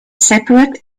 separate